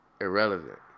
irrelevant